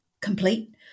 complete